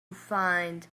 find